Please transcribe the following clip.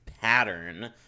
pattern